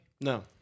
No